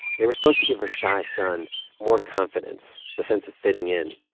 they were supposed to give her shy son more confidence, a sense of fitting in.